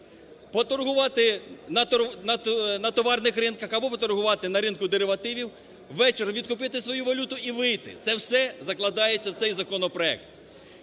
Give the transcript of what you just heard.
поторгувати на товарних ринках або поторгувати на ринку деривативів, ввечері відкупити свою валюту і вийти. Це все закладається в цей законопроект.